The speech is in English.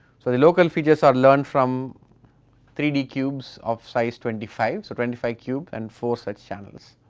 so the local features are learned from three d cubes of size twenty five, so, twenty five cube and four such channels.